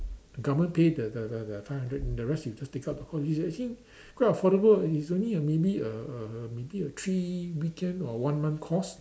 the government pay the the the the five hundred the rest you just take up the course which I think quite affordable it's only a maybe a a maybe a three weekend or one month course